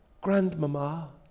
Grandmama